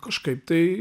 na kažkaip tai